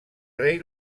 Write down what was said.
rei